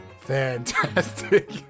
fantastic